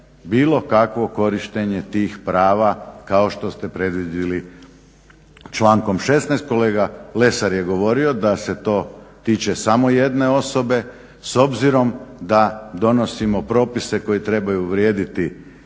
bilo kakvo korištenje tih prava kao što ste predvidjeli člankom 16. Kolega Lesar je govorio da se to tiče samo jedne osobe s obzirom da donosimo propise koji trebaju vrijediti